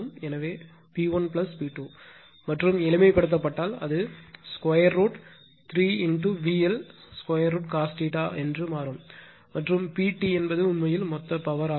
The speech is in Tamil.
எனவே பி 1 P2 மற்றும் எளிமைப்படுத்தப்பட்டால் அது √ 3 VL √ cos மாறும் மற்றும் PT என்பது உண்மையில் மொத்த பவர் ஆகும்